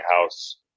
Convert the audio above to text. house